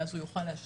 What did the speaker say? ואז הוא יוכל להשלים.